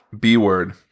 b-word